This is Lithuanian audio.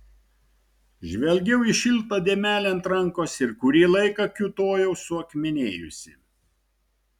žvelgiau į šiltą dėmelę ant rankos ir kurį laiką kiūtojau suakmenėjusi